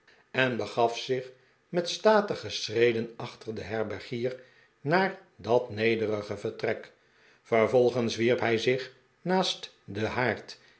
en begaf zich met statige schreden achter den herbergier naar dat nederige vertrek vervolgens wierp hij zich naast den haard